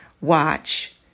Watch